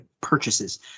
purchases